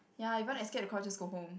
ya if you want to escape the crowd just go home